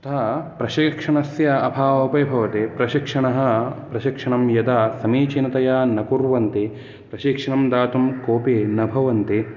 तथा प्रशिक्षणस्य अभावः अपि भवति प्रशिक्षणः प्रशिक्षणं यदा समीचीनतया न कुर्वन्ति प्रशिक्षणं दातुं कोऽपि न भवन्ति